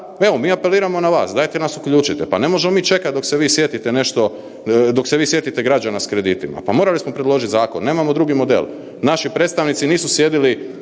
evo mi apeliramo na vas, dajte nas uključite, pa ne možemo mi čekati dok se vi sjetite nešto, dok se vi sjetite građana s kreditima. Pa morali smo predložiti zakon, nemamo drugi model. Naši predstavnici nisu sjedili